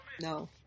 No